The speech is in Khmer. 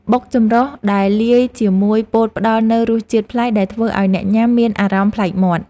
បុកចម្រុះដែលលាយជាមួយពោតផ្តល់នូវរសជាតិប្លែកដែលធ្វើឱ្យអ្នកញ៉ាំមានអារម្មណ៍ប្លែកមាត់។